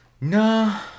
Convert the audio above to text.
no